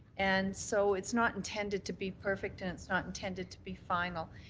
and so it's not intended to be perfect and it's not intended to be final.